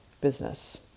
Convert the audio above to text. business